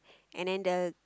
and then the